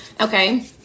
okay